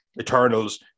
Eternals